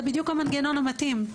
זה בדיוק המנגנון המתאים.